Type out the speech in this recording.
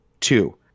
two